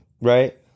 Right